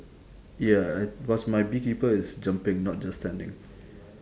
ya cause my bee keeper is jumping not just standing